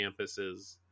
campuses